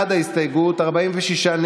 עיניים נשואות אליך בהקשר הזה,